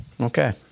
Okay